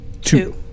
Two